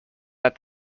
that